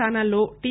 స్దానాల్లో T